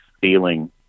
feeling